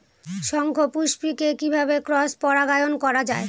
শঙ্খপুষ্পী কে কিভাবে ক্রস পরাগায়ন করা যায়?